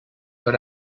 but